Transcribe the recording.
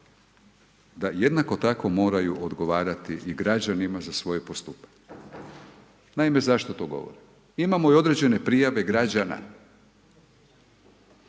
da jednako tako moraju odgovarati i građanima za svoje postupanje. Naime, zašto to govorim? Imamo i određene prijave građana,